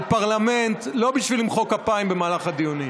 על פרלמנט, לא בשביל למחוא כפיים במהלך הדיונים.